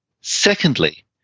Secondly